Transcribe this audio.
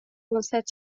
کنسرت